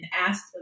asked